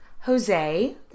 Jose